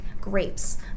grapes